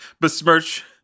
Besmirch